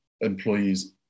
employees